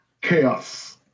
chaos